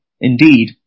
Indeed